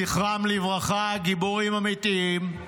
זכרם לברכה, גיבורים אמיתיים,